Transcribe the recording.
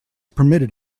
permitted